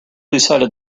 decided